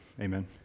amen